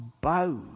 bow